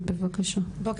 מלך.